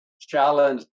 challenge